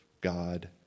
God